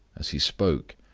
as he spoke,